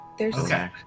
Okay